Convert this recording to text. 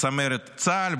צמרת צה"ל,